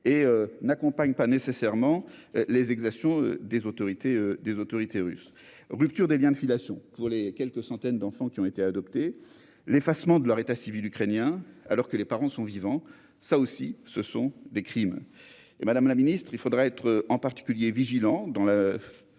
et n'accompagne pas nécessairement les exactions des autorités russes. La rupture des liens de filiation pour les quelques centaines d'enfants qui ont été adoptés, l'effacement de leur état civil ukrainien alors que leurs parents biologiques sont vivants, sont aussi des crimes. Madame la secrétaire d'État, il faudra être particulièrement vigilant. Ni la